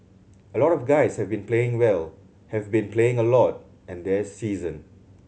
a lot of the guys have been playing well have been playing a lot and they're seasoned